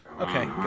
Okay